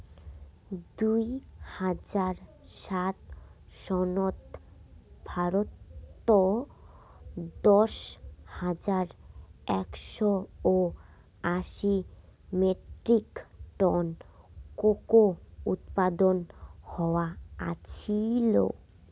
দুই হাজার সাত সনত ভারতত দশ হাজার একশও আশি মেট্রিক টন কোকো উৎপাদন হয়া আছিল